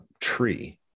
tree